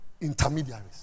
Intermediaries